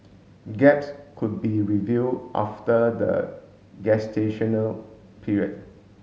gaps could be reviewed after the gestational period